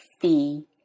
fee